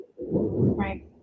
Right